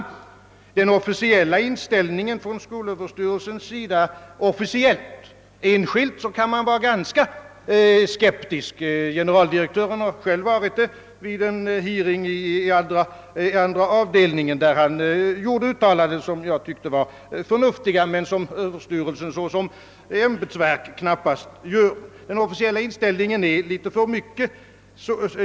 Enligt den officiella inställningen hos skolöverstyrelsen är allting utmärkt. Enskilt kan man vara ganska skeptisk — generaldirektören har själv varit det vid en hearing i utskottets andra avdelning, där han gjorde uttalanden, som jag tyckte var förnuftiga men som skolöverstyrelsen såsom ämbetsverk knappast skulle förmås göra.